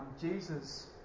Jesus